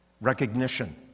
recognition